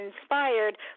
inspired